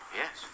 Yes